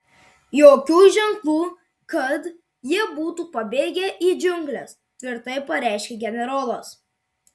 jokių ženklų kad jie būtų pabėgę į džiungles tvirtai pareiškė generolas